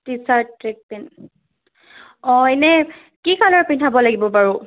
T shirt track pant অঁ ইনেই কি কালাৰ পিন্ধাব লাগিব বাৰু